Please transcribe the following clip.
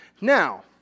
Now